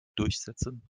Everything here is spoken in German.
durchsetzen